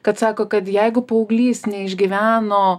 kad sako kad jeigu paauglys neišgyveno